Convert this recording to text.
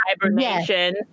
hibernation